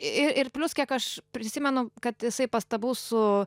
i ir plius kiek aš prisimenu kad jisai pastabų su